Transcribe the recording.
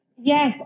Yes